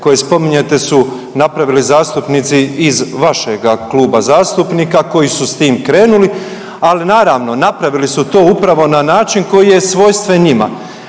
koje spominjete su napravili zastupnici iz vašega kluba zastupnika koji su s tim krenuli, ali naravno napravili su to upravo na način koji je svojstven njima.